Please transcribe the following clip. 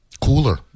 cooler